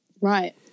right